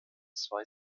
zwei